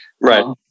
Right